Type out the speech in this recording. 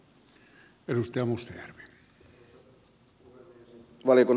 arvoisa puhemies